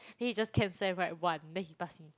then he just cancel and write one then he pass me